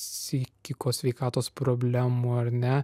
psichikos sveikatos problemų ar ne